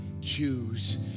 choose